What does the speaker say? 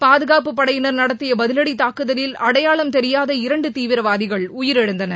பாதுகாப்புப் படையினர் நடத்திய பதிலடி தாக்குதலில் அடையாளம் தெரியாத இரண்டு தீவிரவாதிகள் உயிரிழந்தனர்